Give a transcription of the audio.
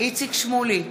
איציק שמולי,